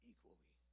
equally